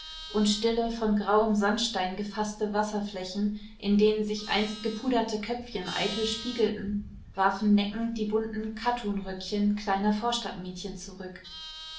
und stille von grauem sandstein gefaßte wasserflächen in denen sich einst gepuderte köpfchen eitel spiegelten warfen neckend die bunten kattunröckchen kleiner vorstadtmädchen zurück